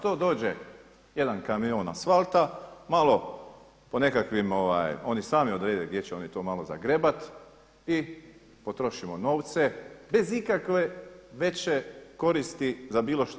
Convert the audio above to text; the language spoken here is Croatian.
To dođe jedan kamion asfalta, malo po nekakvim, oni sami odrede gdje će oni to malo zagrebati i potrošimo novce bez ikakve veće koristi za bilo što.